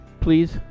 please